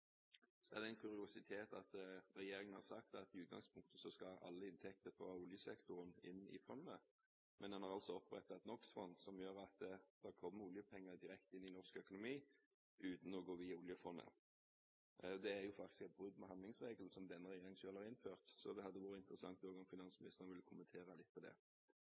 er det jo en kuriositet at regjeringen har sagt at i utgangspunktet skal alle inntekter fra oljesektoren inn i fondet, men man har altså opprettet et NOx-fond, som gjør at det kommer oljepenger direkte inn i norsk økonomi uten å gå via oljefondet. Det er jo faktisk et brudd med handlingsregelen, og handlingsregelen har jo denne regjeringen selv innført. Så det hadde vært interessant om finansministeren også kunne kommentere det. Fremskrittspartiet foreslår at det